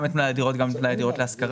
גם את מלאי הדירות וגם את מלאי הדירות להשכרה.